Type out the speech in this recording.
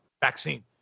vaccine